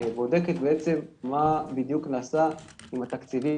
שבודקת מה בדיוק נעשה עם התקציבים